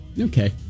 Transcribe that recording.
Okay